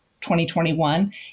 2021